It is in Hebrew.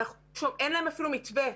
אין להם אפילו מתווה,